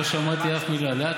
למי מחלקים?